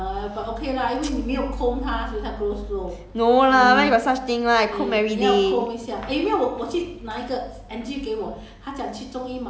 I think it was one and a half months leh my hair grow so slow you know no lah where got such thing [one] I comb everyday